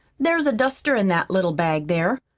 there's a duster in that little bag there.